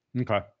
Okay